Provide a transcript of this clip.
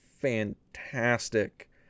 fantastic